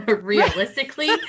realistically